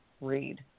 read